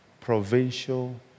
Provincial